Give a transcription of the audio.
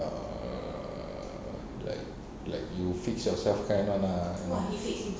ah like like you fix yourself kind [one] lah you know